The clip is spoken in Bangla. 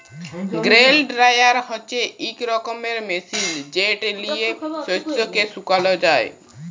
গ্রেল ড্রায়ার হছে ইক রকমের মেশিল যেট লিঁয়ে শস্যকে শুকাল যায়